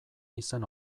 izen